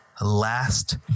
last